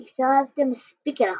והתקרבתם מספיק אל החומה,